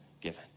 given